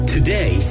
Today